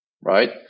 right